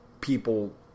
people